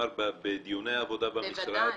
בדיוני העבודה במשרד?